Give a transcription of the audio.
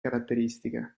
caratteristica